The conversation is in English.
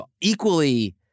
equally